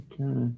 Okay